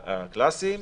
הקלאסיים,